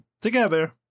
Together